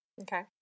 okay